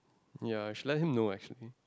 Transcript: ya should let him know actually